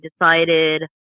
decided